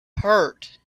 hurt